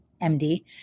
M-D